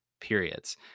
periods